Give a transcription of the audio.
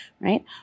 Right